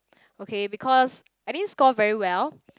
okay because I didn't score very well